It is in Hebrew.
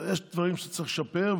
יש דברים שצריך לשפר,